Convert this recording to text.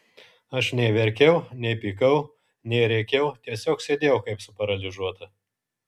aš nei verkiau nei pykau nei rėkiau tiesiog sėdėjau kaip suparalyžiuota